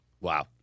Wow